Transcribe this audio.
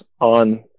on